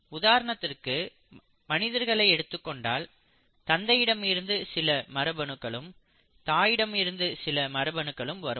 உதாரணத்திற்கு மனிதர்களை எடுத்துக்கொண்டால் தந்தையிடம் இருந்து சில மரபணுக்களும் தாயிடமிருந்து சில மரபணுக்களும் வரும்